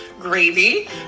gravy